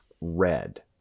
red